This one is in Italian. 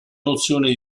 nozione